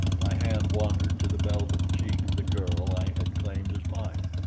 my hand wandered to the velvet cheek of the girl i had claimed as mine,